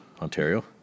Ontario